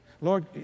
Lord